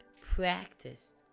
practice